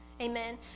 Amen